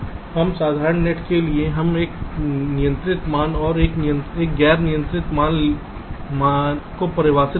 हर साधारण गेट के लिए हम एक नियंत्रित मान और एक गैर नियंत्रित मान नामक कुछ को परिभाषित करते हैं